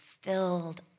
filled